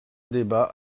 débat